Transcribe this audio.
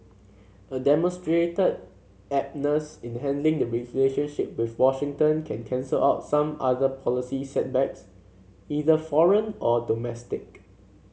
a demonstrated adeptness in handling the relationship with Washington can cancel out some other policy setbacks either foreign or domestic